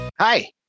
Hi